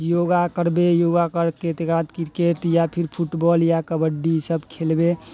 योगा करबे योगा करके तकर बाद क्रिकेट या फिर फुटबॉल या कबड्डी ई सब खेलबे